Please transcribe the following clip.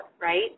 right